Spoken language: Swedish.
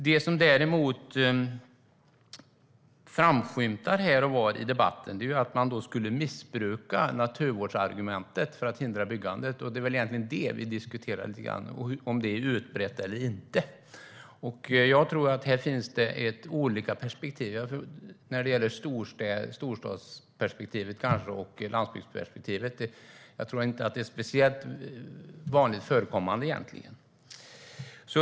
Det som däremot framskymtar här och var i debatten är att man skulle missbruka naturvårdsargumentet för att hindra byggandet, och det är väl egentligen det vi diskuterar lite grann - om det är utbrett eller inte. Jag tror att det finns olika perspektiv här när det gäller storstadsperspektivet, kanske, och landsbygdsperspektivet. Jag tror inte att det är speciellt vanligt förekommande egentligen.